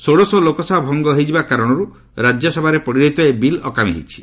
ଷୋଡ଼ଶ ଲୋକସଭା ଭଙ୍ଗ ହୋଇଯିବା କାରଣରୁ ରାଜ୍ୟସଭାରେ ପଡ଼ିରହିଥିବା ଏହି ବିଲ୍ ଅକାମୀ ହୋଇଛି